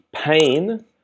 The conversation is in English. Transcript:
pain